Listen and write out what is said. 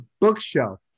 bookshelf